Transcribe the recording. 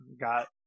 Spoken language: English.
got